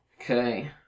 Okay